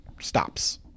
stops